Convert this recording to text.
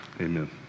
Amen